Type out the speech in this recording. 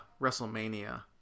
WrestleMania